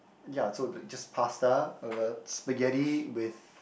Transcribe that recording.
ya so like just pasta uh spaghetti with